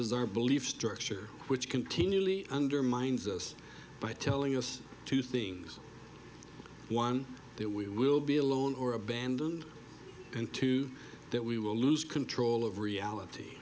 is our belief structure which continually undermines us by telling us two things one that we will be alone or abandoned and two that we will lose control of reality